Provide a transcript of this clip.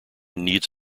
needs